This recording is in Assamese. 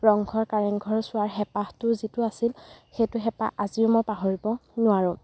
ৰংঘৰ কাৰেংঘৰ চোৱাৰ হেঁপাহটো যিটো আছিল সেইটো হেঁপাহ আজিও মই পাহৰিব নোৱাৰোঁ